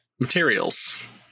materials